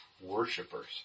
worshippers